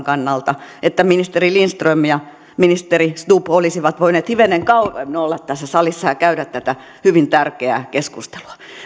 kannalta että ministeri lindström ja ministeri stubb olisivat voineet hivenen kauemmin olla tässä salissa ja käydä tätä hyvin tärkeää keskustelua